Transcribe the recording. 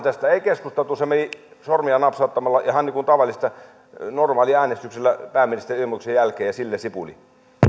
tästä ei keskusteltu se meni sormea napsauttamalla ja ihan niin kuin tavallista normaaliäänestyksellä pääministerin ilmoituksen jälkeen ja sillä sipuli